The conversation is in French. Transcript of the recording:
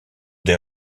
des